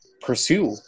pursue